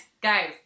Guys